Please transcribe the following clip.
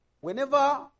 whenever